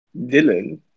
Dylan